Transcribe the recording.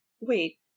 wait